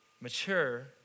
mature